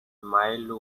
mild